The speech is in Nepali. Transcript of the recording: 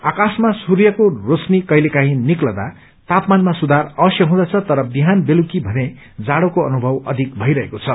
आकाशमा सूर्यको रोशनी कहिले काहीँ निकँतदा तापपानमा सुधार अवश्य हुँदछ तर बिहान बेलुद्वी भने जाड़ोको अनुभव अधिक भइरहेको छ